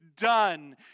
done